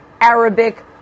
Arabic